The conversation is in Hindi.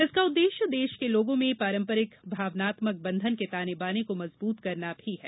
इसका उद्देश्य देश के लोगों में पारंपरिक भावनात्मक बंधन के ताने बाने को मजबूत करना भी है